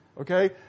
okay